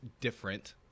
different